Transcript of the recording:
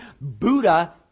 Buddha